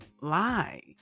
lie